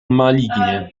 malignie